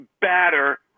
batter